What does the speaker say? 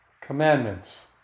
commandments